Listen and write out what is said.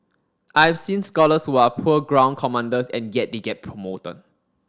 I've seen scholars who are poor ground commanders and yet they get promoted